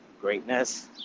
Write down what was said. greatness